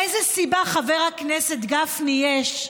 איזה סיבה, חבר הכנסת גפני, יש,